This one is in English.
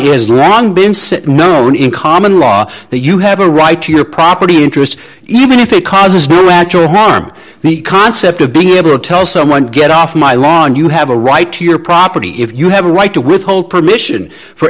is long been sit no one in common law that you have a right to your property interests even if it causes actual harm the concept of being able to tell someone get off my lawn you have a right to your property if you have a right to withhold permission for